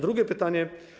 Drugie pytanie.